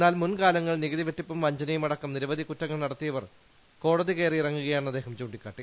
എന്നാൽ മുൻകാലങ്ങളിൽ നികുതി വെട്ടിപ്പും വഞ്ചനയും അടക്കം നിരവധി കുറ്റങ്ങൾ നടത്തിയവർ കോടതി കയറിയിറങ്ങുകയാണെന്ന് അദ്ദേഹം ചൂണ്ടിക്കാട്ടി